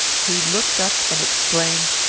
he looked up and exclaimed,